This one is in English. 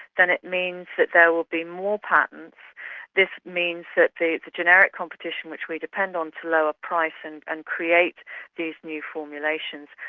then it means that there will be more patents this means that the generic competition which we depend on to lower price and and create create these new formulations,